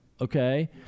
okay